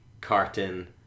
carton